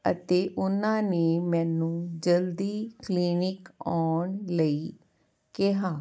ਅਤੇ ਉਹਨਾਂ ਨੇ ਮੈਨੂੰ ਜਲਦੀ ਕਲੀਨਿਕ ਆਉਣ ਲਈ ਕਿਹਾ